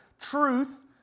truth